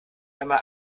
einmal